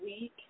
week